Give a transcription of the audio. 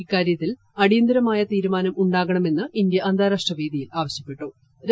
ഇക്കാര്യത്തിൽ അടിയന്തരമായി തീരുമാനം ഉണ്ടാകണമെന്നാണ് ഇന്ത്യ അന്താരാഷ്ട്ര വേദിയിൽ ആവശ്യപ്പെട്ടത്